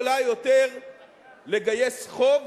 לא יכולה יותר לגייס חוב,